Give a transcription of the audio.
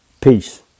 peace